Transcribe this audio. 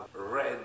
red